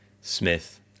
Smith